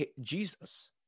jesus